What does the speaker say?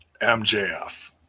MJF